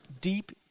deep